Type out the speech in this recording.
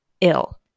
ill